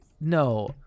No